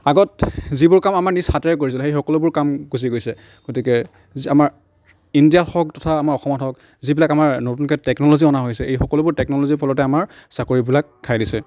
আগত যিবোৰ কাম আমাৰ নিজ হাতেৰে কৰিছিলোঁ সেই সকলোবোৰ কাম গুচি গৈছে গতিকে যি আমাৰ ইণ্ডিয়াত হওক তথা আমাৰ অসমত হওক যিবিলাক আমাৰ নতুনকৈ টেকন'লজি অনা হৈছে এই সকলোবোৰ টেকন'লজিৰ ফলতে আমাৰ চাকৰিবিলাক খাই দিছে